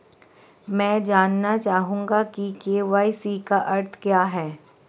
मैं जानना चाहूंगा कि के.वाई.सी का अर्थ क्या है?